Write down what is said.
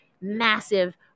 massive